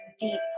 deep